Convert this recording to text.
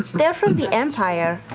they're from the empire.